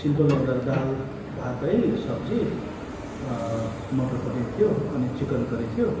simple एउटा दाल भात है सब्जी मटर पनिर थियो अनि चिकन करी थियो